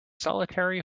solitary